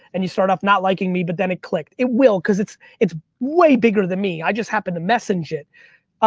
and you start off not liking me, but then it clicked. it will because it's it's way bigger than me, i just happen to message it.